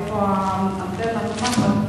ההיתר.